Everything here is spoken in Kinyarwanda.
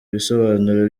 ibisobanuro